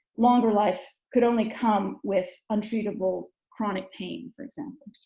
longer life could only come with untreatable chronic pain, for example,